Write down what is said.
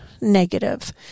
Negative